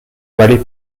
palais